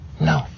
no